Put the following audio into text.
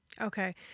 okay